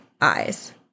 eyes